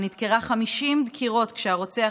נדקרה 50 דקירות כשהרוצח,